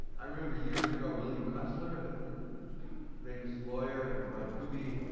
i remember years ago william kunstler, the famous lawyer, and ron kuby,